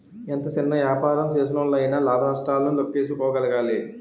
ఎంత సిన్న యాపారం సేసినోల్లయినా లాభ నష్టాలను లేక్కేసుకోగలగాలి